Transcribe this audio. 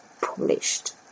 published